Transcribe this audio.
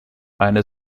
eine